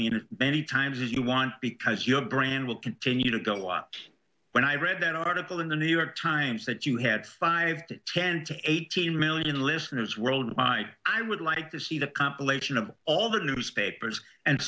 mean it many times you want because your brain will continue to go out when i read an article in the new york times that you had five to ten to eighteen million listeners worldwide i would like to see the compilation of all the newspapers and